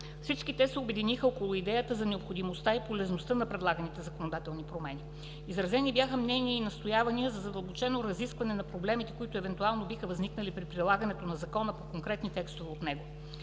Всички те се обединиха около идеята за необходимостта и полезността на предлаганите законодателни промени. Изразени бяха мнения и настоявания за задълбочено разискване на проблемите, които евентуално биха възникнали при прилагането на закона по конкретни текстове от него.